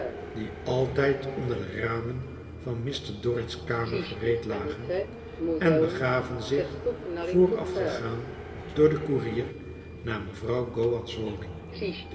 die altijd onder de ramen van mr dorrit's kamer gereed lagen en begaven zich voorafgegaan door den koerier naar mevrouw gowan's woning